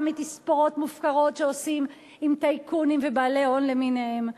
מתספורות מופקרות שעושים עם טייקונים ובעלי הון למיניהם.